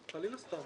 לא.